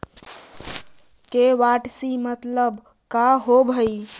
KYC मतलब का होव हइ?